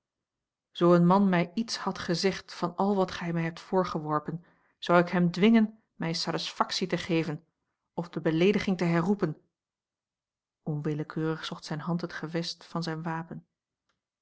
zoo een man mij iets had gezegd van al wat gij mij hebt voorgeworpen zou ik hem dwingen mij satisfactie te geven of de beleediging te herroepen onwillekeurig zocht zijne hand het gevest van zijn wapen